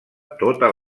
tota